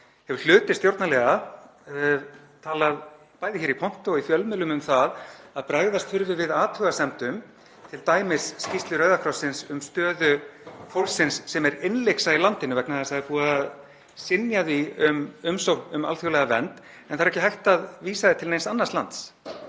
hefur hluti stjórnarliða talað bæði hér í pontu og í fjölmiðlum um það að bregðast þurfi við athugasemdum, t.d. skýrslu Rauða krossins um stöðu fólksins sem er innlyksa í landinu vegna þess að það er búið að synja því um umsókn um alþjóðlega vernd en það er ekki hægt að vísa því til neins annars lands.